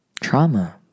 trauma